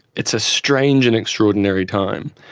it's a strange and extraordinary time.